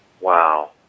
Wow